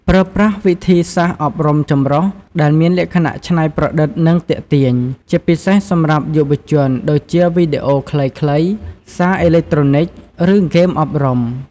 ប្រើប្រាស់ វិធីសាស្ត្រអប់រំចម្រុះ ដែលមានលក្ខណៈច្នៃប្រឌិត និងទាក់ទាញ ជាពិសេសសម្រាប់យុវជន ដូចជាវីដេអូខ្លីៗ សារអេឡិចត្រូនិច ឬហ្គេមអប់រំ។